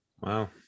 Wow